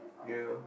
ya